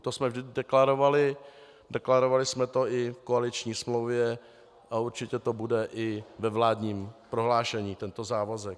To jsme vždy deklarovali, deklarovali jsme to i v koaliční smlouvě a určitě to bude i ve vládním prohlášení, tento závazek.